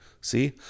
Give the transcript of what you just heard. see